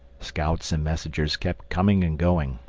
scouts and messengers kept coming and going,